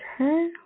okay